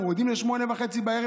מורידים ל-20:30,